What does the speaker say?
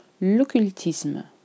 L'occultisme